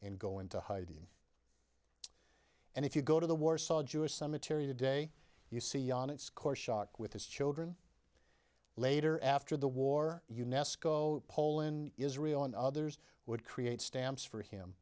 go into hiding and if you go to the warsaw jewish cemetery today you see on its course shock with his children later after the war unesco poland israel and others would create stamps for him